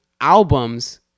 albums